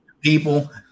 people